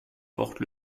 portent